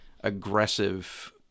aggressive